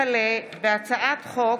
הצעת חוק